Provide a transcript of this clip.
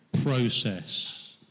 process